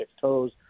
toes